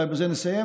אולי בזה נסיים,